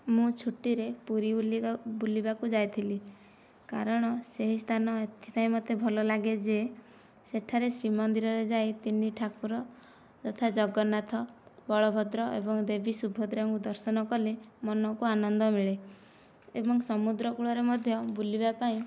ମୁଁ ଛୁଟିରେ ପୁରୀ ବୁଲିବାକୁ ଯାଇଥିଲି କାରଣ ସେହି ସ୍ଥାନ ଏଥିପାଇଁ ମୋତେ ଭଲ ଲାଗେ ଯେ ସେଠାରେ ଶ୍ରୀମନ୍ଦିରରେ ଯାଇ ତିନି ଠାକୁର ଯଥା ଜଗନ୍ନାଥ ବଳଭଦ୍ର ଏବଂ ଦେବୀ ସୁଭଦ୍ରାଙ୍କୁ ଦର୍ଶନ କଲେ ମନକୁ ଆନନ୍ଦ ମିଳେ ଏବଂ ସମୁଦ୍ର କୂଳରେ ମଧ୍ୟ ବୁଲିବା ପାଇଁ